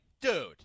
dude